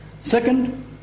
Second